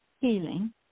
Healing